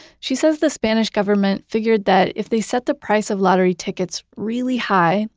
she says the spanish government figured that if they set the price of lottery tickets really high,